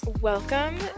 Welcome